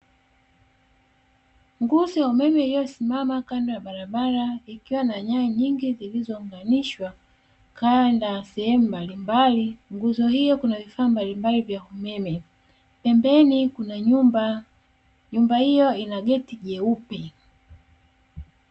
Nguzo ya umeme iliyosimama kando ya barabara ikiwa na nyaya nyingi zilizounganishwa kanda sehemu mbalimbali, nguzo hiyo kuna vifaa mbalimbali vya umeme pembeni kuna nyumba, nyumba hiyo ina geti jeupe.